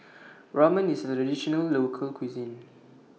Ramen IS A Traditional Local Cuisine